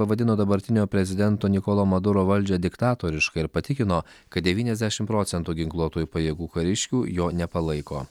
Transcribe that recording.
pavadino dabartinio prezidento nikolo maduro valdžią diktatoriška ir patikino kad devyniasdešimt procentų ginkluotųjų pajėgų kariškių jo nepalaiko